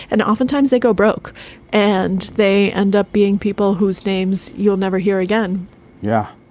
and oftentimes they go broke and they end up being people whose names you'll never hear again yeah.